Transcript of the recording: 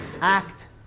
act